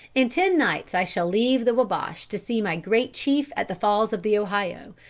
in ten nights i shall leave the wabash to see my great chief at the falls of the ohio,